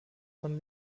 von